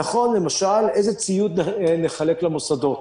נכון, למשל, איזה ציוד נחלק למוסדות?